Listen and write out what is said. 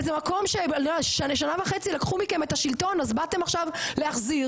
באיזה מקום ששנה וחצי לקחו מכם את השלטון אז באתם עכשיו להחזיר,